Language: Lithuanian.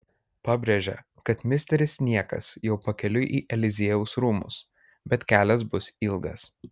pabrėžia kad misteris niekas jau pakeliui į eliziejaus rūmus bet kelias bus ilgas